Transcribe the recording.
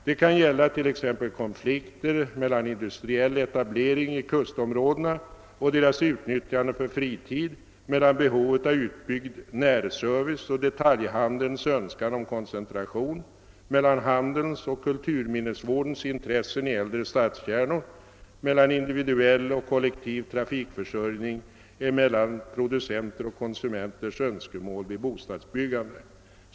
Det kan gälla t.ex. konflikter mellan industriell etablering i kustområdena och deras utnyttjande för fritid, mellan behovet av utbyggd närservice och detaljhandelns önskan om koncentration, mellan handelns och kulturminnesvårdens intressen i äldre stadskärnor, mellan individuell och kollektiv trafikförsörjning eller mellan producenter och konsumenters önskemål vid bostadsbyggande.